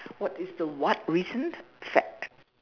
what is the what reason fact